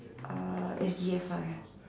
uh S_G F I